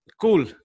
Cool